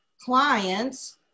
clients